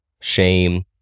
shame